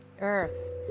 Earth